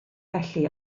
felly